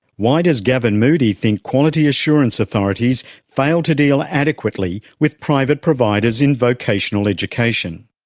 why does gavin moodie think quality assurance authorities failed to deal adequately with private providers in vocational education?